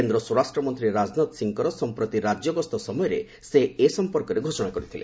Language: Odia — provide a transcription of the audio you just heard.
କେନ୍ଦ୍ର ସ୍ପରାଷ୍ଟ୍ରମନ୍ତ୍ରୀ ରାଜନାଥ ସିଂଙ୍କର ସମ୍ପ୍ରତି ରାଜ୍ୟ ଗସ୍ତ ସମୟରେ ସେ ଏ ସମ୍ପର୍କରେ ଘୋଷଣା କରିଥିଲେ